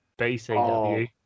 bcw